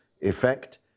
effect